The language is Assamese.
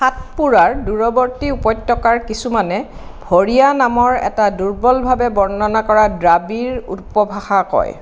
সাতপুৰাৰ দূৰৱৰ্তী উপত্যকাৰ কিছুমানে ভৰিয়া নামৰ এটা দুৰ্বলভাৱে বৰ্ণনা কৰা দ্ৰাবিড় উপভাষা কয়